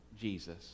Jesus